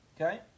Okay